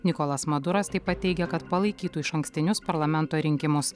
nikolas maduras taip pat teigia kad palaikytų išankstinius parlamento rinkimus